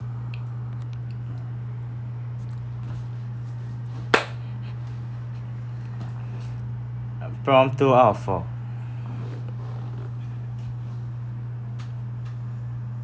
um prompt two out of four